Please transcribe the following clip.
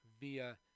via